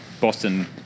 Boston